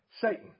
Satan